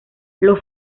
los